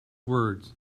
words